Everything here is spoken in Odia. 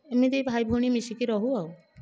ଏମିତି ଭାଇ ଭଉଣୀ ମିଶିକି ରହୁ ଆଉ